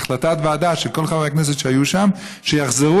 החלטת ועדה של כל חברי הכנסת שהיו שם: שיחזרו